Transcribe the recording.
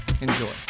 Enjoy